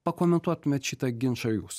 pakomentuotumėt šitą ginčą jūs